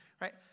right